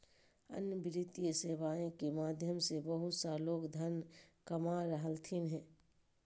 अन्य वित्तीय सेवाएं के माध्यम से बहुत सा लोग धन कमा रहलथिन हें